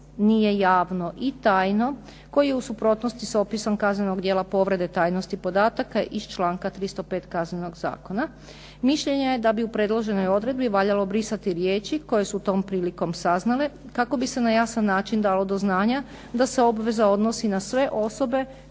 "nije javno i tajno" koji je u suprotnosti sa opisom kaznenog dijela povrede tajnosti podataka iz članka 305. Kaznenog zakona. Mišljenje je da bi u predloženoj odredbi valjalo brisati riječi koje su tom prilikom saznale kako bi se na jasan način dalo do znanja da se obveza odnosi na sve osobe